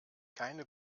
keine